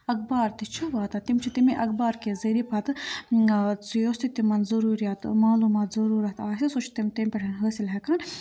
اَکبار تہِ چھِ واتان تِم چھِ تَمے اَخبار کہِ ذٔریعہِ پَتہٕ یۄس تہِ تِمَن ضُروٗرَت معلوٗمات ضُروٗرتھ آسہِ سُہ چھُ تِم تیٚمہِ پٮ۪ٹھ حٲصِل ہٮ۪کان